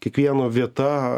kiekvieno vieta